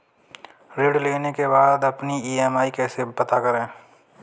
ऋण लेने के बाद अपनी ई.एम.आई कैसे पता करें?